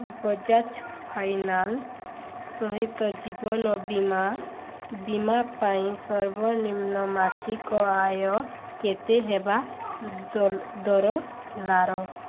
Bajaj finance ସହିତ ଜୀବନ ବୀମା ବୀମା ପାଇଁ ସର୍ବନିମ୍ନ ମାସିକ ଆୟ କେତେ ହେବା ଦରକାର